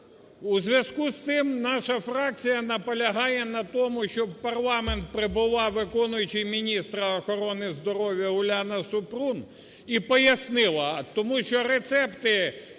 У зв'язку з цим наша фракція наполягає на тому, щоб в парламент прибула виконуючий міністра охорони здоров'я Уляна Супрун і пояснила. Тому що рецепти